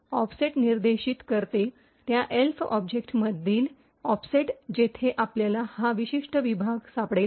offset निर्दिष्ट करते त्या एल्फ ऑब्जेक्टमधील ऑफसेट जेथे आपल्याला हा विशिष्ट विभाग सापडेल